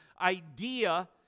idea